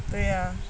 对呀